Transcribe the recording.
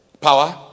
Power